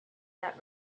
that